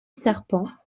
serpent